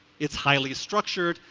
it's highly structured,